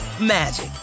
magic